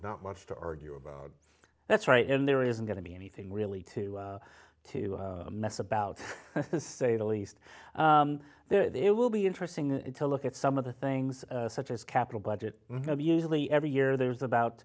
not much to argue about that's right in there isn't going to be anything really to to mess about say the least there it will be interesting to look at some of the things such as capital budget usually every year there's about